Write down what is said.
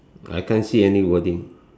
I can't see any wording